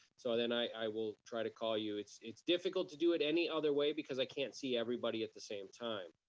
so then i will try to call you. it's it's difficult to do it any other way because i can't see everybody at the same time.